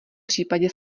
případě